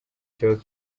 kibazo